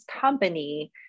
company